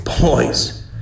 boys